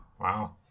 Wow